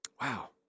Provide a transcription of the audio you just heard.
wow